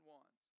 ones